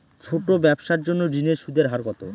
ছোট ব্যবসার জন্য ঋণের সুদের হার কত?